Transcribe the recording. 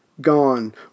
Gone